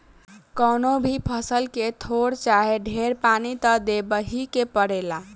कवनो भी फसल के थोर चाहे ढेर पानी त देबही के पड़ेला